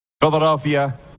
Philadelphia